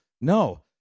No